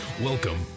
Welcome